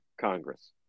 Congress